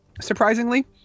surprisingly